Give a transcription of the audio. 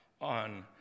on